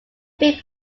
peak